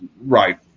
Right